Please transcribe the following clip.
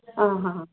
ହଁ ହଁ